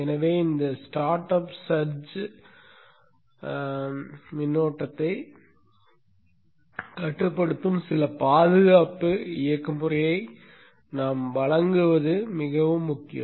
எனவே இந்த startup surge மின்னோட்டத்தை கட்டுப்படுத்தும் சில பாதுகாப்பு பொறிமுறையை நாம் வழங்குவது மிகவும் முக்கியம்